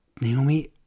Naomi